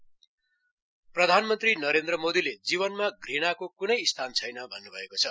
PM प्रधानमन्त्री नरेन्द्र मोदीले जीवनमा घृणाको क्नै स्थान छैन भन्न्भएको छ